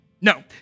No